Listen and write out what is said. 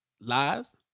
lies